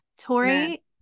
Tori